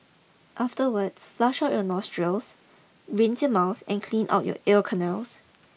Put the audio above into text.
afterwards flush out your nostrils rinse your mouth and clean out you ear canals